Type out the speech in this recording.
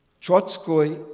Trotsky